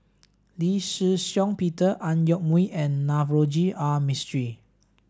Lee Shih Shiong Peter Ang Yoke Mooi and Navroji R Mistri